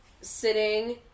sitting